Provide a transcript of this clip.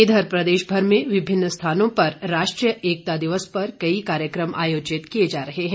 इधर प्रदेश भर में विभिन्न स्थानों पर राष्ट्रीय एकता दिवस पर कई कार्यक्रम आयोजित किए जा रहे हैं